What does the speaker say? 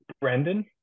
Brandon